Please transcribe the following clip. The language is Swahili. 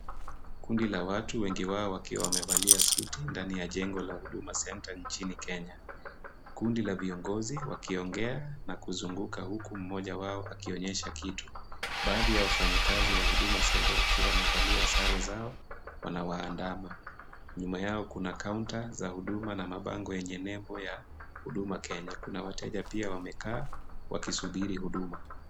Kundi la watu wengi wao wakiwa wamevalia suti ndani ya jengo la Huduma Center nchini Kenya. Kundi la viongozi wakiongea na kuzunguka huku mmoja wao akionyesha kitu. Baadhi ya wafanyikazi wa Huduma Center wakiwa wamevalia sare zao wanawaandama. Nyuma yao kuna kaunta za huduma na mabango yenye nembo ya Huduma Kenya. Kuna wateja pia wamekaa wakisubiri huduma.